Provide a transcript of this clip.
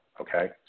Okay